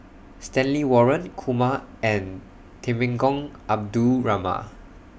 Stanley Warren Kumar and Temenggong Abdul Rahman